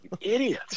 Idiot